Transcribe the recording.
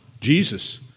Jesus